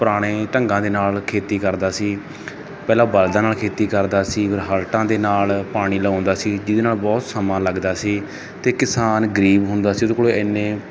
ਪੁਰਾਣੇ ਢੰਗਾਂ ਦੇ ਨਾਲ ਖੇਤੀ ਕਰਦਾ ਸੀ ਪਹਿਲਾਂ ਬਲਦਾਂ ਨਾਲ ਖੇਤੀ ਕਰਦਾ ਸੀ ਫੇਰ ਹਲਟਾਂ ਦੇ ਨਾਲ ਪਾਣੀ ਲਾਉਂਦਾ ਸੀ ਜਿਹਦੇ ਨਾਲ ਬਹੁਤ ਸਮਾਂ ਲੱਗਦਾ ਸੀ ਤੇ ਕਿਸਾਨ ਗਰੀਬ ਹੁੰਦਾ ਸੀ ਉਹਦੇ ਕੋਲ ਐਨੇ